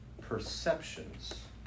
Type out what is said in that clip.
perceptions